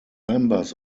members